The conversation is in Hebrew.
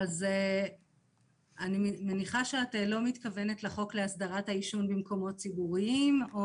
אני מניחה שאת לא מתכוונת לחוק להסדרת העישון במקומות ציבוריים.